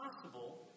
possible